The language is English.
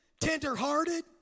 tenderhearted